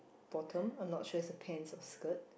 bottom I'm not sure it's a pants or skirt